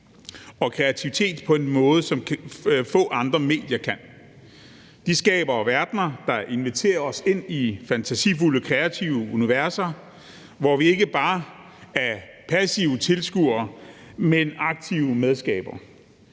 og kreativitet på en måde, som få andre medier kan. De skaber verdener, der inviterer os ind i fantasifulde, kreative universer, hvor vi ikke bare er passive tilskuere, men aktive medskabere,